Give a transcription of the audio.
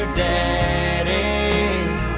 daddy